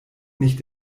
nicht